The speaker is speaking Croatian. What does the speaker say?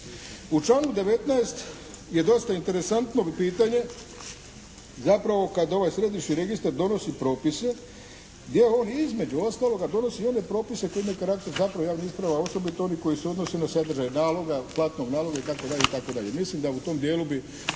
U članku 19. je dosta interesantno pitanje zapravo kad ovaj središnji registar donosi propise gdje on između ostaloga donosi i one propise koji imaju karakter zapravo javnih isprava osobito oni koji se odnose na sadržaj platnog naloga itd. Mislim da u tom dijelu bi